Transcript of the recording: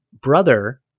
brother